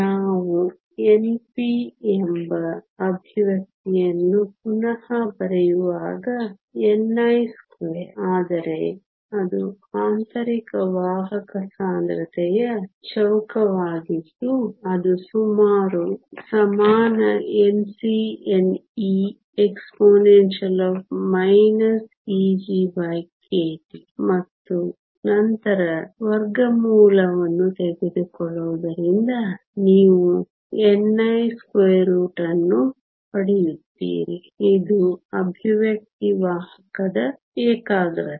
ನಾವು n p ಎಂಬ expression ಅನ್ನು ಪುನಃ ಬರೆಯುವಾಗ ni2 ಆದರೆ ಅದು ಆಂತರಿಕ ವಾಹಕ ಸಾಂದ್ರತೆಯ ಚೌಕವಾಗಿದ್ದು ಅದು ಸಮಾನ Nc Nv exp EgkT ಮತ್ತು ನಂತರ ವರ್ಗಮೂಲವನ್ನು ತೆಗೆದುಕೊಳ್ಳುವುದರಿಂದ ನೀವು ni ಅನ್ನು ಪಡೆಯುತ್ತೀರಿ ಇದು ಎಕ್ಸ್ಪ್ರೆಶನ್ ವಾಹಕದ ಏಕಾಗ್ರತೆ